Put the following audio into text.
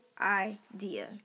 idea